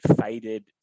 faded